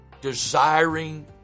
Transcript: desiring